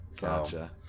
Gotcha